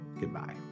Goodbye